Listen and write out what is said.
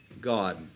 God